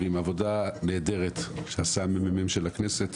יש לנו עבודה נהדרת שעשה מרכז המידע והמחקר של הכנסת